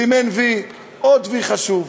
סימן "וי", עוד "וי" חשוב.